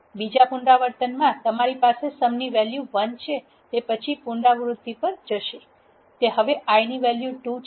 બીજા પુનરાવર્તનમાં તમારી પાસે sum ની વેલ્યુ 1 છે તે તે પછીના પુનરાવૃત્તિ પર જશે તે હવે i ની વેલ્યુ 2 છે